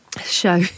show